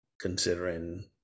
considering